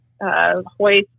hoist